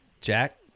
Jack